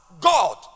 God